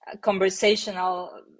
conversational